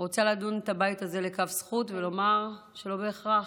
רוצה לדון את הבית הזה לכף זכות ולומר שלא בהכרח.